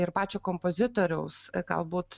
ir pačio kompozitoriaus galbūt